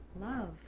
love